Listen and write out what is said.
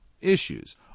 issues